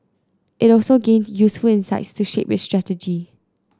it also gained useful insights to shape its strategy